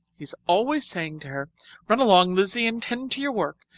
he's always saying to her run along, lizzie, and tend to your work.